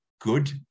good